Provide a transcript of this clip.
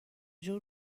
جور